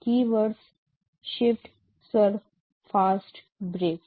keywords shift surf fast brief